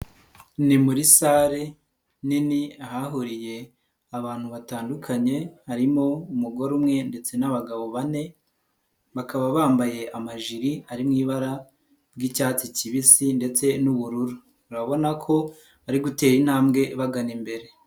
Ni muri sare nini ahahuriye abantu batandukanye harimo umugore umwe ndetse n'abagabo bane bakaba bambaye amajiri ari mu ibara ry'icyatsi kibisi ndetse n'ubururu, urabona ko bari gutera intambwe bagana imbere.